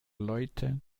leute